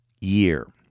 year